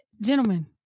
Gentlemen